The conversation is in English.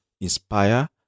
inspire